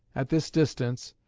at this distance,